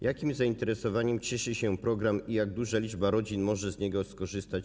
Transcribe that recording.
Jakim zainteresowaniem cieszy się program i jak duża liczba rodzin może z niego skorzystać?